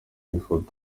ifoto